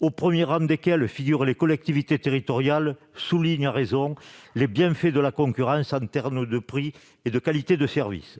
au premier rang desquelles les collectivités territoriales, soulignent à raison les bienfaits de la concurrence en termes de prix et de qualité de service.